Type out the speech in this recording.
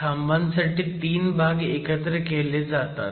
खांबांसाठी 3 भाग एकत्र केले जातात